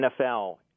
NFL